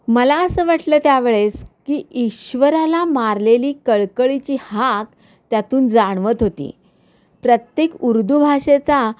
मला असं वाटलं त्यावेळेस की ईश्वराला मारलेली कळकळीची हाक त्यातून जाणवत होती प्रत्येक उर्दू भाषेचा